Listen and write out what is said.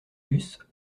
fussent